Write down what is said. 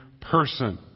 person